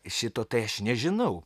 šito tai aš nežinau